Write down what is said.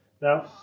Now